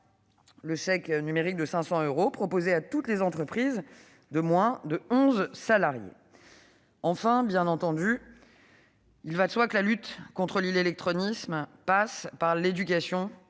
du chèque numérique de 500 euros proposé à toutes les entreprises de moins de onze salariés. Enfin, il va de soi que la lutte contre l'illectronisme passe par l'éducation